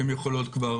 הן יכולות כבר